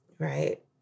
Right